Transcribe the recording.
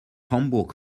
hamburg